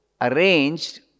arranged